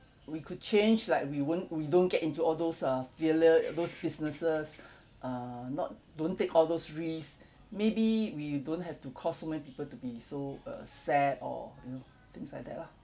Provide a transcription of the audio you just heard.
we could change like we won't we don't get into all those uh failure those businesses uh not don't take all those risk maybe we don't have to cause so many people to be so uh sad or you know things like that lah